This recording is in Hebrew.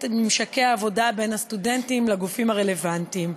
ממשקי העבודה בין הסטודנטים לגופים הרלוונטיים.